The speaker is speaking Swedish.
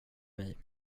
mig